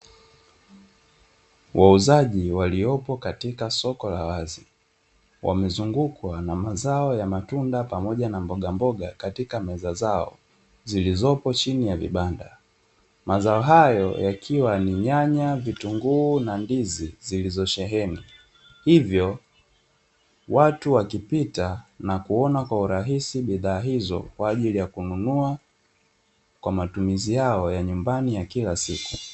Wauzaji waliopo katika soko la wazi, wamezungukwa na mazao ya matunda pamoja na mbogamboga katika meza zao; zilizopo chini ya vibanda. Mazao hayo yakiwa ni: nyanya, vitunguu na ndizi zilizosheheni, hivyo watu wakipita na kuona kwa urahisi bidhaa hizo kwa ajili ya kununua, kwa matumizi yao ya nyumbani ya kila siku.